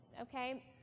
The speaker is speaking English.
okay